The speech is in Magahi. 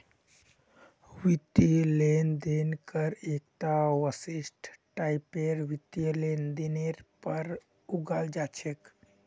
वित्तीय लेन देन कर एकता विशिष्ट टाइपेर वित्तीय लेनदेनेर पर लगाल जा छेक